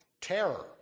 terror